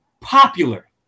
popular